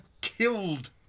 killed